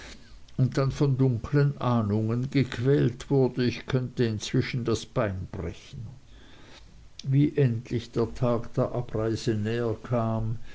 und dann von dunklen ahnungen gequält wurde ich könnte inzwischen das bein brechen wie endlich der tag der abreise näher kam